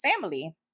family